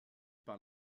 par